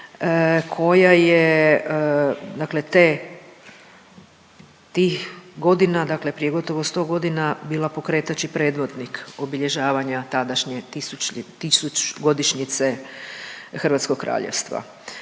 koja je dakle te, tih godina, dakle prije gotovo 100.g. bila pokretač i predvodnik obilježavanja tadašnje 1000-godišnjice Hrvatskog Kraljevstva.